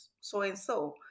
so-and-so